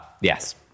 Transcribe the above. yes